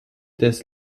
des